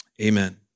Amen